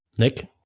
Nick